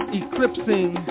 eclipsing